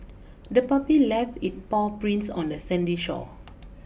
the puppy left it paw prints on the sandy shore